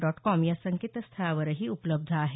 dot com या संकेतस्थळावरही उपलब्ध आहे